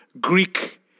Greek